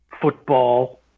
football